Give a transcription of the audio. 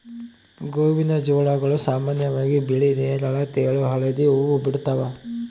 ಗೋವಿನಜೋಳಗಳು ಸಾಮಾನ್ಯವಾಗಿ ಬಿಳಿ ನೇರಳ ತೆಳು ಹಳದಿ ಹೂವು ಬಿಡ್ತವ